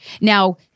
Now